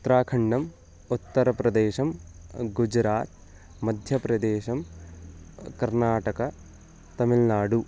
उत्राखण्डम् उत्तरप्रदेशः गुजरात् मध्यप्रदेशह कर्नाटकः तमिल्नाडु